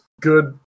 good